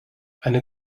eine